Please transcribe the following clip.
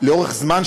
לאורך זמן,